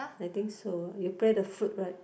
I think so you play the flute right